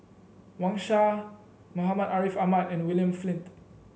Wang Sha Muhammad Ariff Ahmad and William Flint